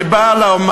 אני בא לומר: